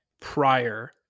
prior